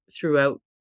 throughout